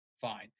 Fine